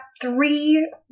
three